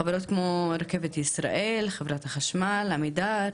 חברות כמו רכבת ישראל, חברת החשמל, עמידר.